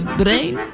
brain